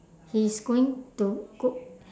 he's going to go